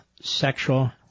sexual